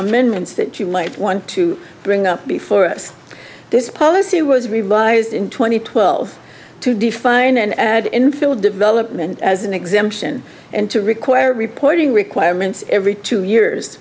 amendments that you might want to bring up before this policy was revised in two thousand and twelve to define and add in field development as an exemption and to require reporting requirements every two years